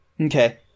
Okay